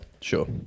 Sure